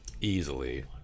easily